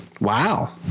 Wow